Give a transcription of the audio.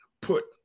put